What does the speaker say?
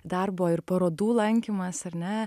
darbo ir parodų lankymas ar ne